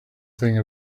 thing